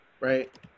right